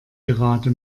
gerade